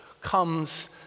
comes